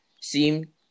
seem